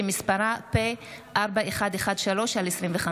שמספרה פ/4113/25.